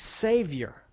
Savior